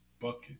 bucket